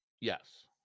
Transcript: Yes